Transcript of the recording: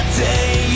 day